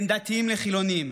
בין דתיים לחילונים.